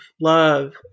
love